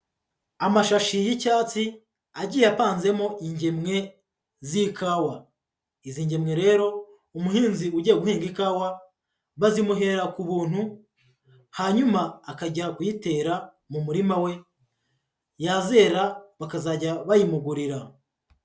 Amashashi y'icyatsi agiye apanzemo ingemwe z'ikawa, izi ngemye rero, umuhinzi ugiye guhinga ikawa bazimuhera ku buntu, hanyuma akajya kuyitera mu murima we, yazere bakazajya bayimugurira.